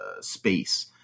space